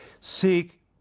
Seek